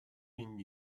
been